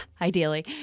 ideally